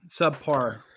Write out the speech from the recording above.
subpar